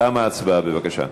תמה ההצבעה, בבקשה.